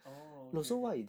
orh okay okay